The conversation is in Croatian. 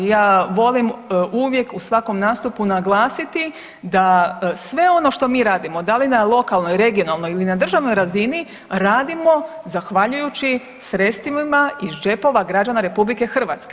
Ja volim uvijek u svakom nastupu naglasiti da sve ono što mi radimo da li na lokalnoj, regionalnoj ili na državnoj razini radimo zahvaljujući sredstvima iz džepova građana Republike Hrvatske.